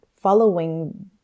following